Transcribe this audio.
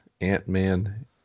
Ant-Man